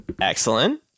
Excellent